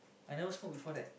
I never smoke before that